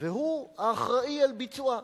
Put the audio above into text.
והוא האחראי לביצועה.